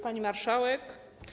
Pani Marszałek!